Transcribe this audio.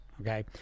okay